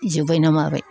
जोब्बाय नामा आबै